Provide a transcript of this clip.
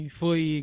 foi